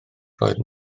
roedd